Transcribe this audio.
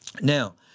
Now